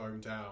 hometown